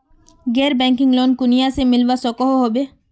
गैर banking loan कुनियाँ से मिलवा सकोहो होबे?